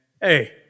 hey